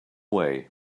way